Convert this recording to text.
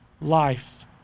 life